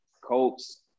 Colts